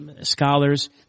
scholars